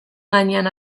gainean